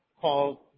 called